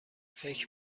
فکر